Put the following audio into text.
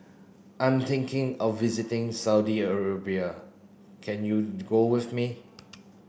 I am thinking of visiting Saudi Arabia can you go with me